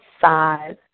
size